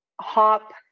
hop